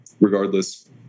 regardless